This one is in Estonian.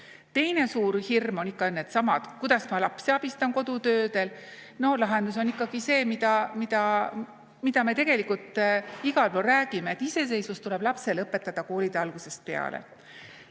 Teine suur hirm on ikka seesama: kuidas ma last abistan koolitöödega. Lahendus on ikkagi see, mida me tegelikult igal pool räägime: iseseisvust tuleb lapsele õpetada koolitee algusest peale.